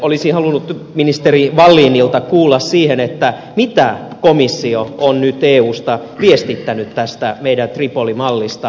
olisin halunnut ministeri wallinilta kuulla mitä komissio on nyt eusta viestittänyt tästä meidän tripolimallistamme